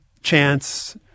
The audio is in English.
chance